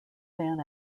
than